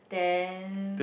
then